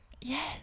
Yes